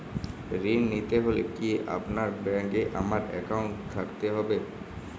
ঋণ নিতে হলে কি আপনার ব্যাংক এ আমার অ্যাকাউন্ট থাকতে হবে?